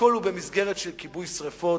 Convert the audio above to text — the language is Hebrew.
הכול במסגרת של כיבוי שרפות.